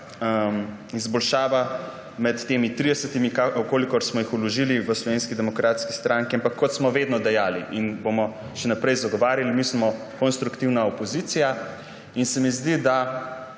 izboljšava med temi 30, kolikor smo jih vložili v Slovenski demokratski stranki. Ampak kot smo vedno dejali in bomo še naprej zagovarjali, mi smo konstruktivna opozicija. Zdi se mi, da